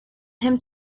him